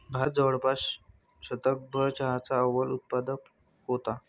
भारत जवळपास शतकभर चहाचा अव्वल उत्पादक होता